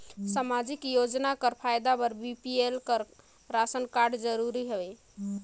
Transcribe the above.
समाजिक योजना कर फायदा बर बी.पी.एल कर राशन कारड जरूरी हवे?